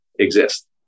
exist